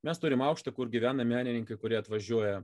mes turim aukštą kur gyvena menininkai kurie atvažiuoja